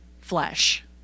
flesh